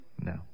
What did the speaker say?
No